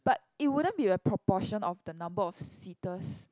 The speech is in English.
but it wouldn't be a proportion of the number of seaters